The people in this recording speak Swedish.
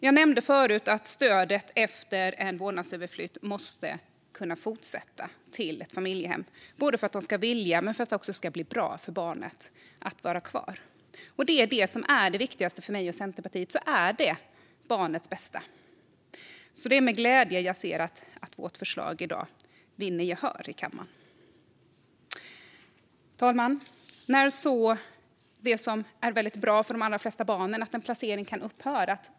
Jag nämnde förut att stödet, efter en vårdnadsöverflytt, måste kunna fortsätta till ett familjehem, både för att de ska vilja göra detta och för att det ska bli bra för barnet att vara där. Det viktigaste för mig och Centerpartiet är barnets bästa. Därför är det med glädje jag ser att vårt förslag i dag vinner gehör i kammaren. Fru talman! Det som är väldigt bra för de allra flesta barn är när en placering kan upphöra.